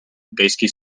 gaizki